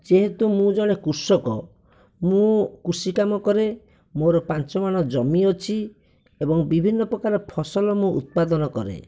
ଯେହେତୁ ମୁଁ ଜଣେ କୃଷକ ମୁଁ କୃଷି କାମ କରେ ମୋର ପାଞ୍ଚ ମାଣ ଜମି ଅଛି ଏବଂ ବିଭିନ୍ନ ପ୍ରକାର ଫସଲ ମୁଁ ଉତ୍ପାଦନ କରେ